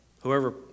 whoever